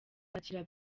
kwakira